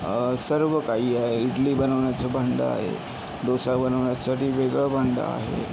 सर्व काही आहे इडली बनवण्याचं भांडं आहे डोसा बनवण्यासाठी वेगळं भांडं आहे